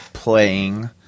Playing